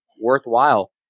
Worthwhile